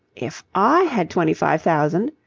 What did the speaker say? if i had twenty-five thousand.